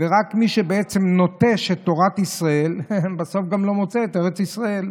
ורק מי שבעצם נוטש את תורת ישראל בסוף גם לא מוצא את ארץ ישראל.